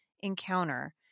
encounter